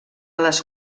les